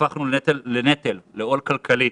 הפכנו לנטל, לעול כלכלי.